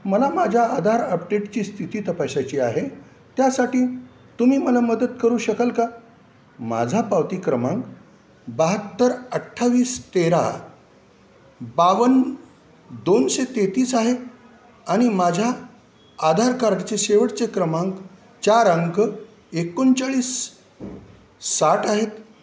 मला माझ्या आधार अपडेटची स्थिती तपासायची आहे त्यासाठी तुम्ही मला मदत करू शकाल का माझा पावती क्रमांक बहात्तर अठ्ठावीस तेरा बावन्न दोनशे तेहतीस आहे आणि माझ्या आधार कार्डचे शेवटचे क्रमांक चार अंक एकोणचाळीस साठ आहेत